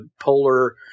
polar